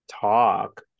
talk